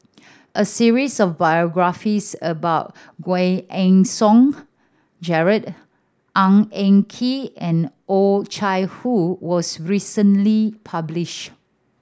a series of biographies about Giam Yean Song Gerald Ng Eng Kee and Oh Chai Hoo was recently published